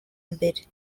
mbere